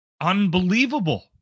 unbelievable